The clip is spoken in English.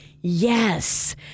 Yes